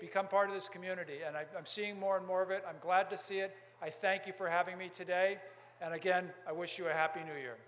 become part of this community and i'm seeing more and more of it i'm glad to see it i thank you for having me today and again i wish you a happy new year